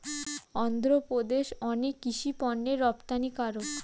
অন্ধ্রপ্রদেশ অনেক কৃষি পণ্যের রপ্তানিকারক